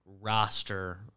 roster